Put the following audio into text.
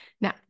Now